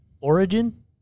Origin